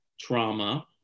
trauma